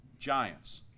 Giants